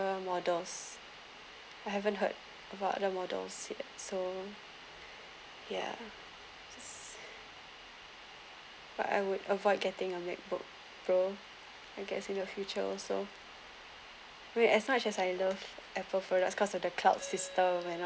models I haven't heard about the models yet so yeah but I would avoid getting a macbook pro I guess in the future also with as much as I love apple products cause of the cloud system and all